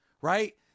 right